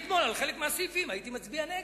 אתמול על חלק מהסעיפים הייתי מצביע נגד.